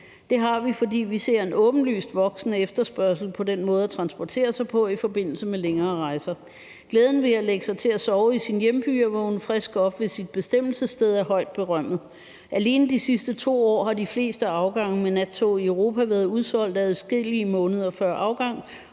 Det har vi, fordi vi ser en åbenlyst voksende efterspørgsel på den måde at transportere sig på i forbindelse med længere rejser. Glæden ved at lægge sig til at sove i sin hjemby og vågne frisk op på sit bestemmelsessted er højt berømmet. Alene de sidste 2 år har de fleste afgange med nattog i Europa været udsolgt adskillige måneder før afgang,